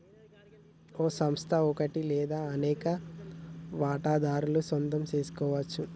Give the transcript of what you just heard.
ఓ సంస్థ ఒకటి లేదా అనేక వాటాదారుల సొంతం సెసుకోవచ్చు